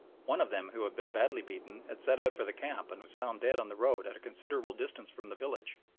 one of them who had been badly beaten had set out for the camp and was found dead on the road at a considerable distance from the village,